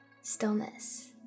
stillness